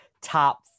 top